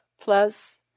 plus